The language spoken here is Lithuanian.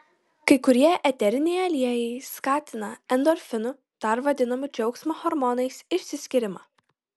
kai kurie eteriniai aliejai skatina endorfinų dar vadinamų džiaugsmo hormonais išsiskyrimą